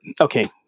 okay